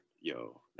Yo